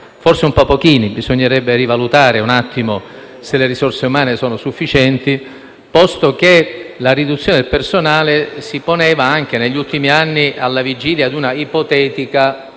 Forse un po' pochini; bisognerebbe rivalutare se le risorse umane siano sufficienti, posto che la riduzione del personale si poneva anche, negli ultimi anni, alla vigilia di un'ipotetica